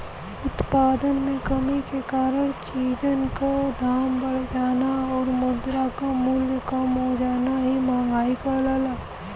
उत्पादन में कमी के कारण चीजन क दाम बढ़ जाना आउर मुद्रा क मूल्य कम हो जाना ही मंहगाई कहलाला